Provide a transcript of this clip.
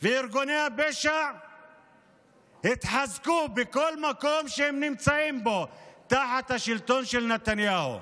וארגוני הפשע התחזקו בכל מקום שהם נמצאים בו תחת השלטון של נתניהו.